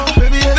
baby